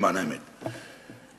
למען האמת,